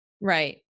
Right